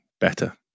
better